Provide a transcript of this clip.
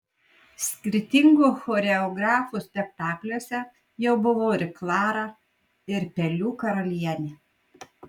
skirtingų choreografų spektakliuose jau buvau ir klara ir pelių karalienė